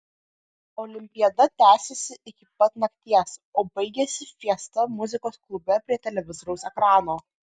olimpiada tęsėsi iki pat nakties o baigėsi fiesta muzikos klube prie televizoriaus ekrano